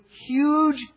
huge